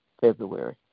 February